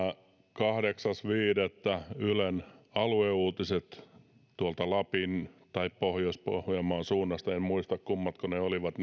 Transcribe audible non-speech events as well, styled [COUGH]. kahdeksas viidettä ylen alueuutisissa tuolta lapin tai pohjois pohjanmaan suunnasta en muista kummastako ne olivat [UNINTELLIGIBLE]